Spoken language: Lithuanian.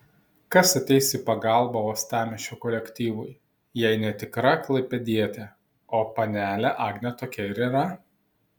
kas ateis į pagalbą uostamiesčio kolektyvui jei ne tikra klaipėdietė o panelė agnė tokia ir yra